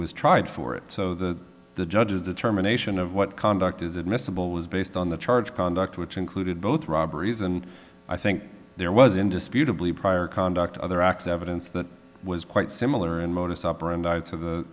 was tried for it so that the judge's determination of what conduct is admissible was based on the charged conduct which included both robberies and i think there was indisputably prior conduct other acts evidence that was quite similar and modus operandi to the